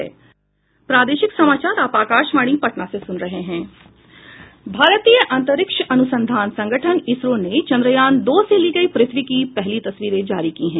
भारतीय अंतरिक्ष अनुसंधान संगठन इसरो ने चंद्रयान दो से ली गयी प्रथ्वी की पहली तस्वीरें जारी की हैं